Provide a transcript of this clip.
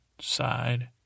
side